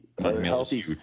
Healthy